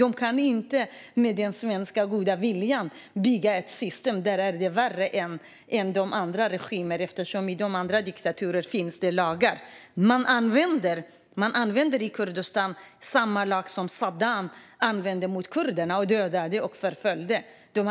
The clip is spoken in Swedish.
De kan inte med hjälp av den svenska goda viljan bygga ett system där det är värre än med andra regimer. Även i diktaturer finns det lagar. I Kurdistan använder man samma lag som Saddam använde när han dödade och förföljde kurder.